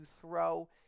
throw